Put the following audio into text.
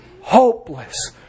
Hopeless